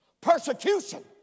Persecution